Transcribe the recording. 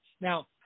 Now